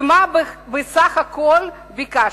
ומה בסך הכול ביקשתי?